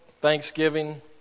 Thanksgiving